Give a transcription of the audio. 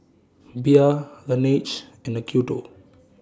Bia Laneige and Acuto